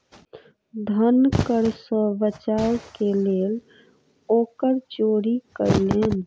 धन कर सॅ बचाव के लेल ओ कर चोरी कयलैन